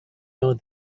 know